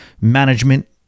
management